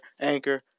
Anchor